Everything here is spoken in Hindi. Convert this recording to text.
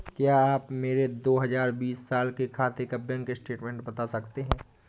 क्या आप मेरे दो हजार बीस साल के खाते का बैंक स्टेटमेंट बता सकते हैं?